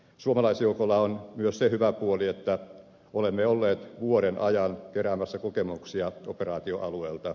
suomalaisjoukolla on myös se hyvä puoli että olemme olleet vuoden ajan keräämässä kokemuksia operaatioalueelta